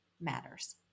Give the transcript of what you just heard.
matters